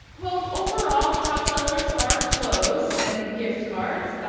well, overall, the top sellers are clothes and gift cards.